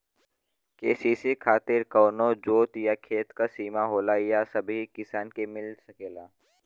KCC खातिर का कवनो जोत या खेत क सिमा होला या सबही किसान के मिल सकेला?